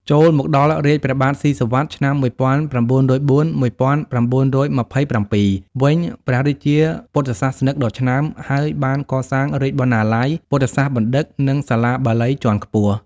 ចូលមកដល់រាជ្យ ព្រះបាទស៊ីសុវត្ថិ (ឆ្នាំ ១៩០៤-១៩២៧) វិញ ព្រះរាជាជាពុទ្ធសាសនិកដ៏ឆ្នើម ហើយបាន កសាងរាជបណ្ណាល័យ ពុទ្ធសាសនបណ្ឌិត្យ និងសាលាបាលីជាន់ខ្ពស់ ។